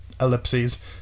Ellipses